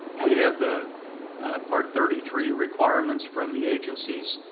we have the part thirty three requirements from the agencies,